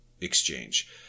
exchange